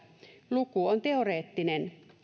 luku on teoreettinen